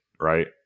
right